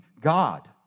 God